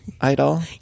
idol